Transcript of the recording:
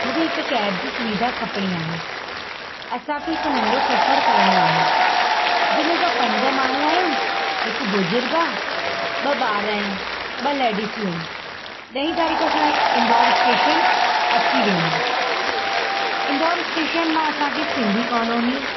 मूंखे हिक कैब जी सुविधा खपणी आहे असांखे हिकु नंढो सफर करिणो आहे जंहिंमें असां पंज माण्हू आहियूं हिकु बुजुर्ग आहे ॿ ॿार आहिनि ॿ लेडिसियूं आहिनि ॾही तारीख़ु असांजी इंदौर स्टेशन अची वेंदासीं इंदौर स्टेशन मां असांखे सिंधी कॉलोनी